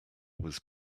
was